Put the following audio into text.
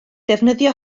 defnyddio